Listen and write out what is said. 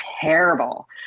terrible